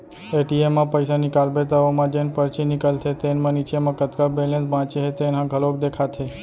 ATM म पइसा निकालबे त ओमा जेन परची निकलथे तेन म नीचे म कतका बेलेंस बाचे हे तेन ह घलोक देखाथे